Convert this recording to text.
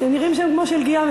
אתם נראים שם כמו שלגיה,